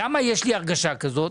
למה יש לי הרגשה כזאת?